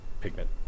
pigment